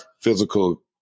physical